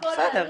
בסדר,